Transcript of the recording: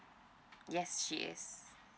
yes she is